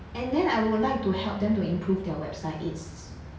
and then I would like to help them to improve their websites it's